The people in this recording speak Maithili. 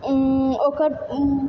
ओकर